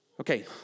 Okay